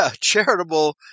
charitable